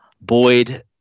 Boyd